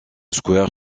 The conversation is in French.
square